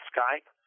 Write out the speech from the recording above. Skype